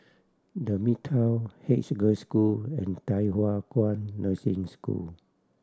The Midtown Haig Girls' School and Thye Hua Kwan Nursing School